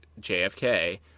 JFK